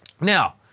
Now